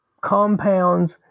compounds